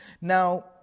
Now